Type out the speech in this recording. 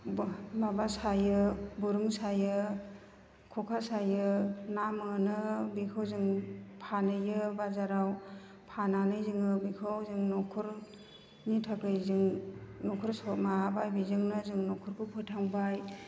माबा सायो दिरुं सायो ख'खा सायो ना मोनो बेखौ जों फानहैयो बाजाराव फाननानै जोङो बेखौ जों न'खरनि थाखाय जों न'खर माबाबाय बेजोंनो जों न'खरखौ फोथांबाय